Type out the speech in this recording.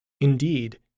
Indeed